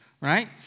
right